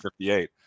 58